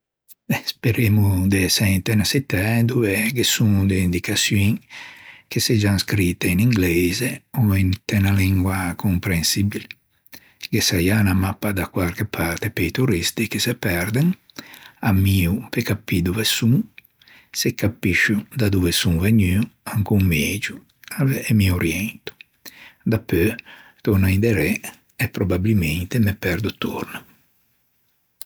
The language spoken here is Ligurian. Eh speremmo de ëse inte unna çittæ dove ghe son de indicaçioin che seggian scrite in ingleise ò inte unna lengua comprensibile. Ghe saià unna mappa da quarche parte pe-i turisti che se perden. Ammio pe capî dove son, se capiscio da dove son vegnuo, ancon megio e mi oriento. Dapeu, torno inderê e probabilmente pe perdo torna.